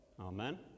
Amen